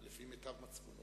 לפי מיטב מצפונו,